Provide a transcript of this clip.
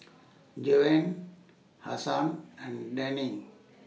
Joanne Hasan and Dani